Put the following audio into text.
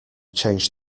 change